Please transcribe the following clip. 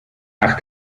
nach